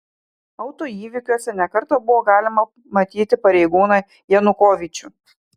autoįvykiuose ne kartą buvo galima matyti pareigūną janukovyčių